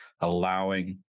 allowing